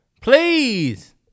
Please